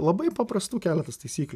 labai paprastų keletas taisyklių